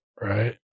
Right